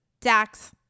Dax